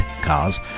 cars